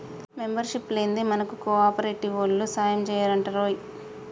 membership లేందే మనకు కోఆపరేటివోల్లు సాయంజెయ్యరటరోయ్